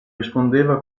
rispondeva